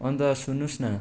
अन्त सुन्नुहोस् न